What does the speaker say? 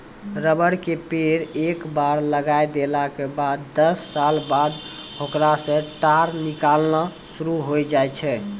rubber के पेड़ एक बार लगाय देला के बाद दस साल बाद होकरा सॅ टार निकालना शुरू होय जाय छै